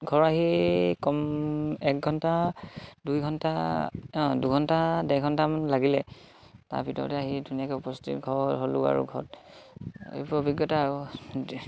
ঘৰ আহি কম এক ঘণ্টা দুই ঘণ্টা দুঘণ্টা ডেৰ ঘণ্টামান লাগিলে তাৰ ভিতৰতে আহি ধুনীয়াকে উপস্থিত ঘৰ হ'লো আৰু ঘৰত এইবোৰ অভিজ্ঞতা আৰু